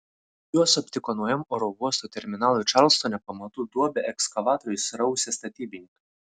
juos aptiko naujam oro uosto terminalui čarlstone pamatų duobę ekskavatoriais rausę statybininkai